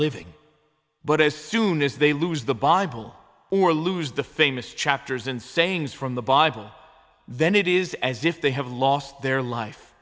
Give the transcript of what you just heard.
living but as soon as they lose the bible or lose the famous chapters and sayings from the bible then it is as if they have lost their life